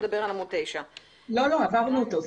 נדבר על עמוד 9. כבר עברנו אותו.